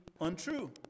untrue